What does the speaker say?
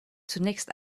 zunächst